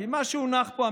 כי מה שהונח פה,